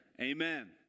Amen